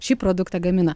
šį produktą gamina